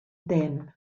dim